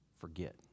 forget